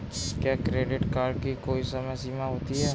क्या credit card की कोई समय सीमा होती है?